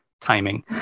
timing